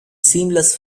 seamless